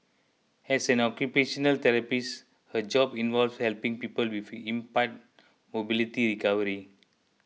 as an occupational therapist her job involves helping people with impaired mobility recovery